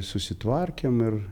susitvarkėm ir